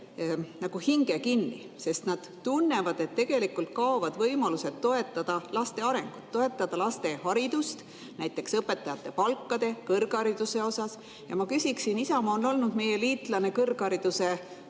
hinge kinni, sest nad tunnevad, et tegelikult kaovad võimalused toetada laste arengut, toetada laste haridust, näiteks õpetajate palkade, kõrghariduse osas. Ja ma küsiksin, Isamaa on olnud meie liitlane kõrghariduse